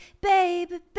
baby